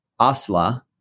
Asla